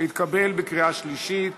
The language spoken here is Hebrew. התקבל בקריאה שלישית